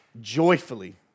joyfully